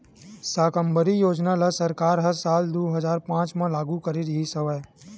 साकम्बरी योजना ल सरकार ह साल दू हजार पाँच म लागू करे रिहिस हवय